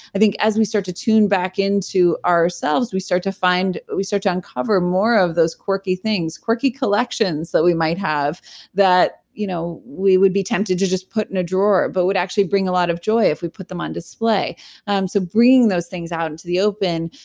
i think as we start to tune back into ourselves, we start to find, we start to uncover more of those quirky things, quirky collections that we might have that, you know we would be tempted to just put in a drawer, but would actually bring a lot of joy if we put them on display um so bringing those things out into the open,